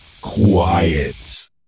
quiet